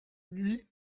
nuit